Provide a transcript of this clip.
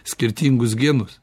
skirtingus genus